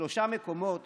"שלושה מקומות